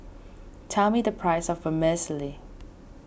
tell me the price of Vermicelli